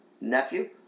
nephew